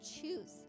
choose